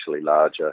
larger